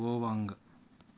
ఓవాంగ్